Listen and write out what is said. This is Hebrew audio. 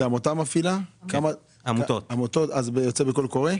זה יוצא בקול קורא?